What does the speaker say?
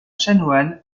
chanoine